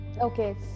Okay